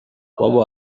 بابا